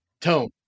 tone